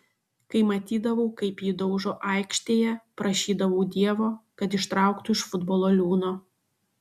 kai matydavau kaip jį daužo aikštėje prašydavau dievo kad ištrauktų iš futbolo liūno